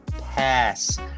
pass